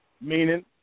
meaning